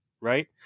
Right